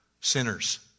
sinners